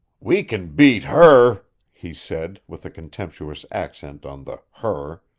we can beat her he said, with a contemptuous accent on the her.